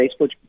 Facebook